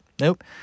Nope